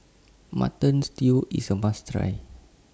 Mutton Stew IS A must Try